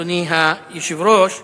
אדוני היושב-ראש,